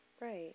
Right